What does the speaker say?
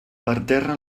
parterre